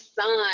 son